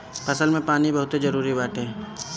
फसल में पानी बहुते जरुरी बाटे